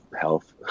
health